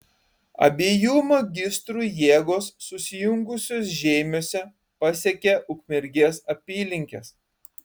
abiejų magistrų jėgos susijungusios žeimiuose pasiekė ukmergės apylinkes